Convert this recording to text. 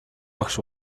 багш